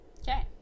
Okay